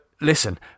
Listen